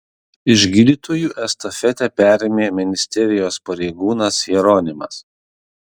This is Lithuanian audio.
iš gydytojų estafetę perėmė ministerijos pareigūnas jeronimas